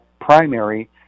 primary